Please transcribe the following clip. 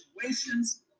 situations